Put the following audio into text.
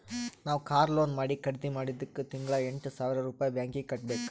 ನಾವ್ car loan ಮಾಡಿ ಖರ್ದಿ ಮಾಡಿದ್ದುಕ್ ತಿಂಗಳಾ ಎಂಟ್ ಸಾವಿರ್ ರುಪಾಯಿ ಬ್ಯಾಂಕೀಗಿ ಕಟ್ಟಬೇಕ್